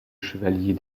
chevalier